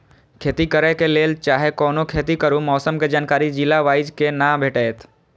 खेती करे के लेल चाहै कोनो खेती करू मौसम के जानकारी जिला वाईज के ना भेटेत?